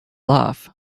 laugh